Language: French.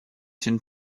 une